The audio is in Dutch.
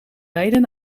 beide